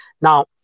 Now